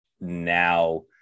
now